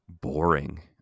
boring